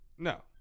no